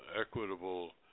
equitable